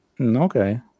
Okay